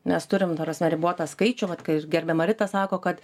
mes turim ta prasme ribotą skaičių vat kai gerbiama rita sako kad